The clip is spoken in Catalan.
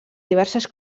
diverses